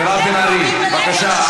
מירב בן ארי, בבקשה.